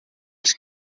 els